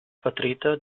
vertreter